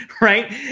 right